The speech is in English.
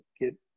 get